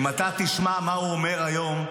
אם אתה תשמע מה הוא אומר היום,